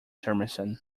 summerson